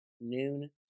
noon